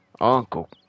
Uncle